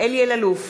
אלי אלאלוף,